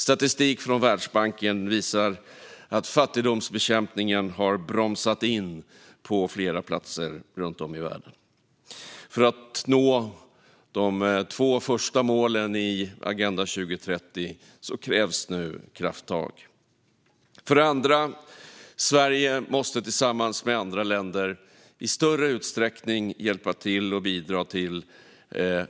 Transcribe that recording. Statistik från Världsbanken visar att fattigdomsbekämpningen har bromsats in på flera platser runt om i världen. För att nå de två första målen i Agenda 2030 krävs nu krafttag. För det andra måste Sverige tillsammans med andra länder i större utsträckning bidra till